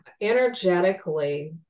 energetically